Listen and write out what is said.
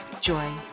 joy